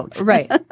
Right